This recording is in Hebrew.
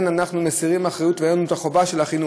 אנחנו מסירים אחריות ואין לנו חובה של חינוך.